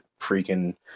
freaking